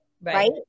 right